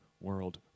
world